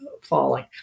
Falling